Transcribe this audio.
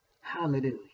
Hallelujah